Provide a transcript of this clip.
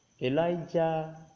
elijah